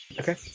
Okay